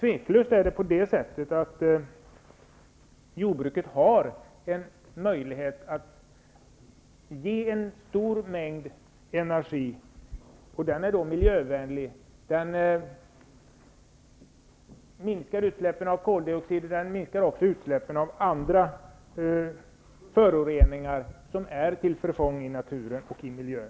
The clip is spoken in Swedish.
Det är ändå tveklöst så att jordbruket har en möjlighet att ge en stor mängd energi, som är miljövänlig, genom att den minskar utsläppen av koldioxid och andra föroreningar som är till förfång i naturen och i miljön.